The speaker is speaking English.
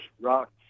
rock